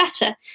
better